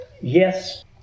Yes